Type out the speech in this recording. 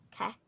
Okay